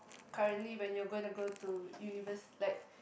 currently when you're going to go to univers~ like